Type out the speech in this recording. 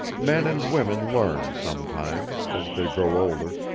men and women learn sometimes as they grow older,